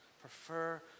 Prefer